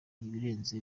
ibirenze